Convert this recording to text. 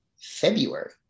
February